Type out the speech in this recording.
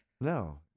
No